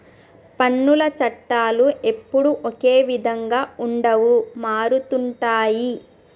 పన్నుల చట్టాలు ఎప్పుడూ ఒకే విధంగా ఉండవు మారుతుంటాయి